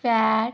Fiat